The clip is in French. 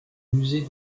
musée